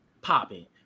popping